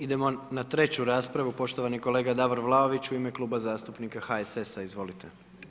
Idemo na 3 raspravu, poštovani kolega Davor Vlaović, u ime Kluba zastupnika HSS-a, izvolite.